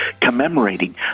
commemorating